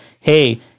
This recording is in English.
hey